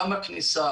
גם בכניסה,